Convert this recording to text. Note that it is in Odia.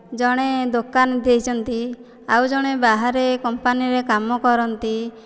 ଜଣେ ଦୋକାନ ଦେଇଛନ୍ତି ଆଉ ଜଣେ ବାହାରେ କମ୍ପାନୀରେ କାମ କରନ୍ତି